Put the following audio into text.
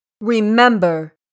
Remember